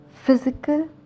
physical